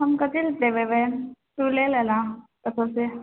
हम कथि लऽ देबै तू ले ले ने कतहुँसँ